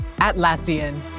Atlassian